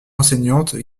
enseignante